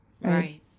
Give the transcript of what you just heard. right